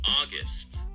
August